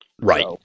right